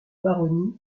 baronnies